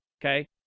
okay